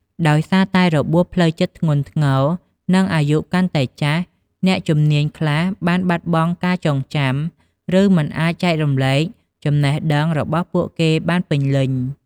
ដោយសារតែរបួសផ្លូវចិត្តធ្ងន់ធ្ងរ និងអាយុកាន់តែចាស់ អ្នកជំនាញខ្លះបានបាត់បង់ការចងចាំ ឬមិនអាចចែករំលែកចំណេះដឹងរបស់ពួកគេបានពេញលេញ។